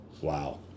Wow